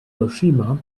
hiroshima